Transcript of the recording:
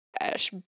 Ash